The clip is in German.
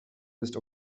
bist